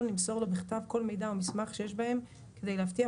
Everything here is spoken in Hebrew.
למסור לו בכתב כל מידע או מסמך שיש בהם כיד להבטיח